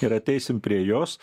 ir ateisim prie jos